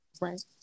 Right